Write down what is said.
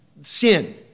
sin